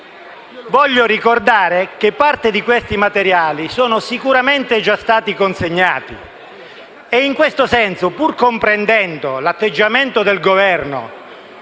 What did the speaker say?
voglio ricordare che parte di questi materiali sono sicuramente già stati consegnati. In questo senso, pur comprendendo l'atteggiamento del Governo